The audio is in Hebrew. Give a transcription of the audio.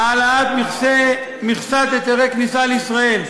חבר הכנסת חיים ילין,